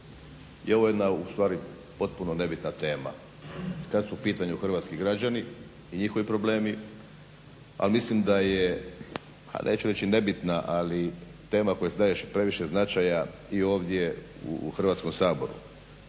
je ovo jedna u stvari potpuno nebitna tema kad su u pitanju hrvatski građani i njihovi problemi, ali mislim da je ha neću reći nebitna, ali tema kojoj se daje previše značaja i ovdje u Hrvatskom saboru.